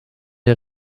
der